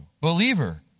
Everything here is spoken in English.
believer